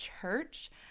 church